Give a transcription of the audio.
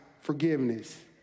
forgiveness